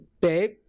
babe